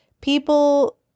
people